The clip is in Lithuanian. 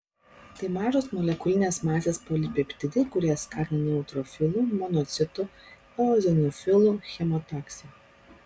tai mažos molekulinės masės polipeptidai kurie skatina neutrofilų monocitų eozinofilų chemotaksį